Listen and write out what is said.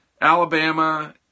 Alabama